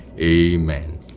Amen